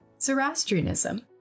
Zoroastrianism